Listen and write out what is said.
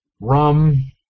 rum